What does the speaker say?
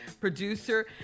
producer